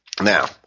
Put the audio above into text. Now